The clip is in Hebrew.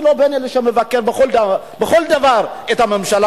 אני לא מאלה שמבקרים בכל דבר את הממשלה